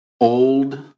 old